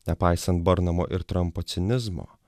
nepaisant burnamo ir trampo cinizmo